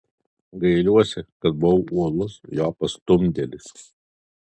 gailiuosi kad buvau uolus jo pastumdėlis